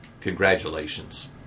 congratulations